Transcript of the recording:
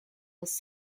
was